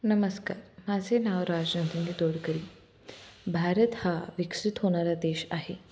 नमस्कार माझे नाव राजनंदिनी तोडकरी भारत हा विकसित होणारा देश आहे